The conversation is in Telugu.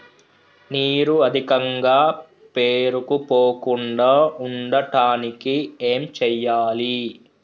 నీరు అధికంగా పేరుకుపోకుండా ఉండటానికి ఏం చేయాలి?